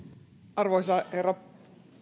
arvoisa herra